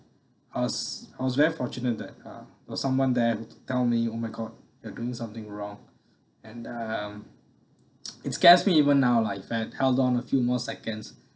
I was I was very fortunate that uh there was someone there tell me oh my god you're doing something wrong and uh it scares me even now lah if I had held on a few more seconds